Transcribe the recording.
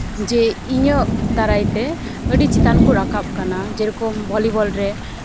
ᱡᱮ ᱤᱧᱟᱹᱜ ᱫᱟᱨᱟᱭ ᱛᱮ ᱟᱹᱰᱤ ᱪᱮᱛᱟᱱ ᱠᱚ ᱨᱟᱠᱟᱵ ᱠᱟᱱᱟ ᱡᱮᱨᱚᱠᱚᱢ ᱵᱷᱚᱞᱤᱵᱚᱞ ᱨᱮ